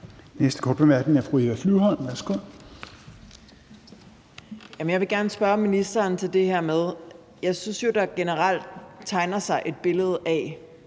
jeg vil gerne spørge ministeren til det her med efterretningerne, for jeg synes jo, der generelt tegner sig et billede af,